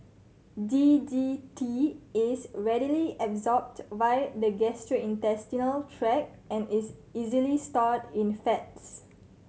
D D T is readily absorbed via the gastrointestinal tract and is easily stored in fats